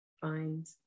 find